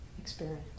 experience